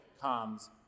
comes